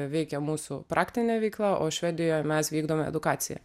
veikia mūsų praktinė veikla o švedijoje mes vykdome edukaciją